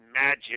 magic